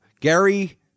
Gary